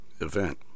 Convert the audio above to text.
event